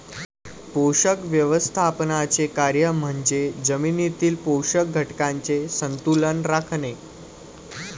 पोषक व्यवस्थापनाचे कार्य म्हणजे जमिनीतील पोषक घटकांचे संतुलन राखणे